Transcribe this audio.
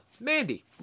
Mandy